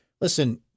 listen